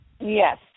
Yes